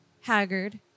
Haggard